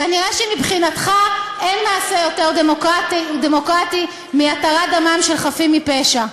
כנראה מבחינתך אין מעשה יותר דמוקרטי מהתרת דמם של חפים מפשע.